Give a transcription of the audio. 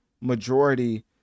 majority